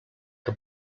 que